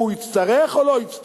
הוא יצטרך, או לא יצטרך?